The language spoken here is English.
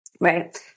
right